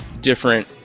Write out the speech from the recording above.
different